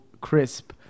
crisp